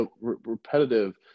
repetitive